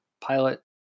pilot